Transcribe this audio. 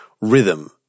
rhythm